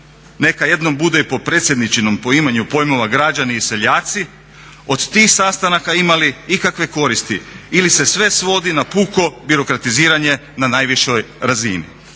neka jednom bude i po predsjedničinom poimanju pojmova građani i seljaci od tih sastanaka imali ikakve koristi ili se sve svodi na puko birokratiziranje na najvišoj razini.